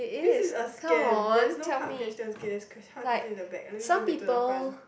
this is a scam there's no hard question okay hard questions is in the back I need move it to the front